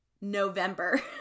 November